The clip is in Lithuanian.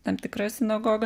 tam tikra sinagoga